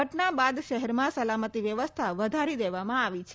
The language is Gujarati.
ઘટના બાદ શહેરમાં સલામતી વ્યવસ્થા વધારી દેવામાં આવી છે